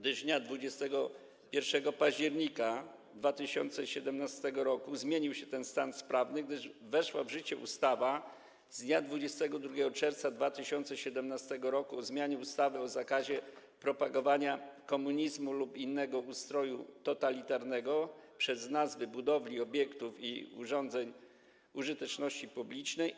Dnia 21 października 2017 r. zmienił się ten stan prawny, gdyż weszła w życie ustawa z dnia 22 czerwca 2017 r. o zmianie ustawy o zakazie propagowania komunizmu lub innego ustroju totalitarnego przez nazwy budowli, obiektów i urządzeń użyteczności publicznej.